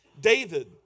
David